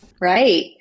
Right